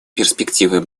перспективы